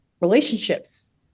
relationships